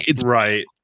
right